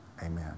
amen